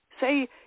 Say